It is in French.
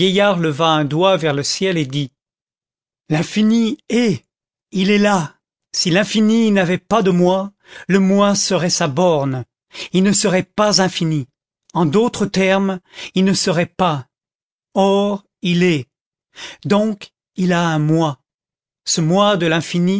vieillard leva un doigt vers le ciel et dit l'infini est il est là si l'infini n'avait pas de moi le moi serait sa borne il ne serait pas infini en d'autres termes il ne serait pas or il est donc il a un moi ce moi de l'infini